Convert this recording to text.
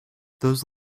those